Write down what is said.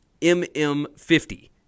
MM50